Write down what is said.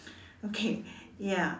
okay ya